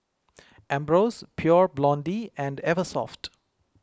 Ambros Pure Blonde and Eversoft